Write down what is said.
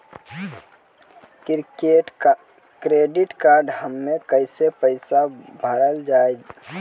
Credit card हम्मे कैसे पैसा भरल जाए?